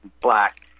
black